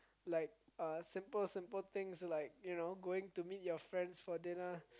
like uh simple simple things like you know going to meet your friends for dinner